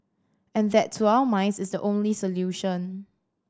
and that to our minds is the only solution